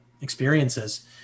experiences